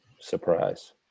surprise